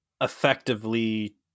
Effectively